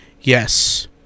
Yes